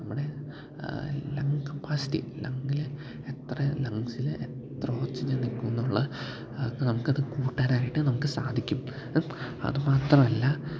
നമ്മുടെ lung capacity ലംഗിൽ എത്ര ലംഗസിൽ എത്ര ഓക്സിജന് നിൽക്കുമെന്നുള്ള അതൊക്കെ നമ്മൾക്ക് അത് കൂട്ടാനായിട്ട് നമുക്ക് സാധിക്കും അതുമാത്രം അല്ല